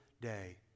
day